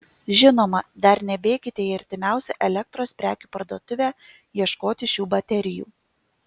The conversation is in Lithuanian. žinoma dar nebėkite į artimiausią elektros prekių parduotuvę ieškoti šių baterijų